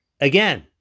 Again